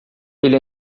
ele